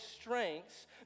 strengths